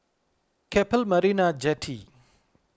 Keppel Marina Jetty